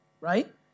right